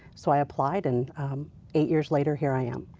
so i applied and eight years later here i am.